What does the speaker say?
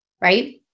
right